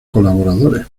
colaboradores